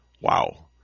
Wow